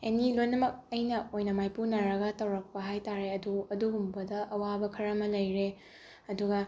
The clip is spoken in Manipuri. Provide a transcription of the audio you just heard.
ꯑꯦꯅꯤ ꯂꯣꯏꯅꯃꯛ ꯑꯩꯅ ꯑꯣꯏꯅ ꯃꯥꯏꯄꯨꯅꯔꯒ ꯇꯧꯔꯛꯄ ꯍꯥꯏꯇꯥꯔꯦ ꯑꯗꯨꯕꯨ ꯑꯗꯨꯒꯨꯝꯕꯗ ꯑꯋꯥꯕ ꯈꯔ ꯑꯃ ꯂꯩꯔꯦ ꯑꯗꯨꯒ